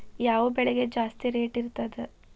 ಯಾವ ಬೆಳಿಗೆ ಜಾಸ್ತಿ ರೇಟ್ ಇರ್ತದ?